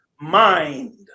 mind